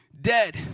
dead